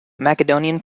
macedonian